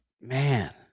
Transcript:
man